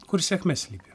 kur sėkmė slypi